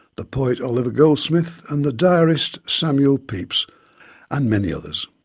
the poet oliver goldsmith and the diarist samuel pepys and many others.